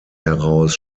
heraus